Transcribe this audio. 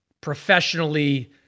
professionally